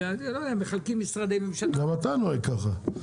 גם אתה נוהג כך.